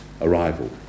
arrival